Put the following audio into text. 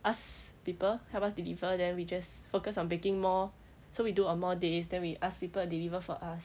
ask people help us deliver then we just focus on baking more so we do on more days then we ask people deliver for us